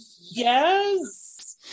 yes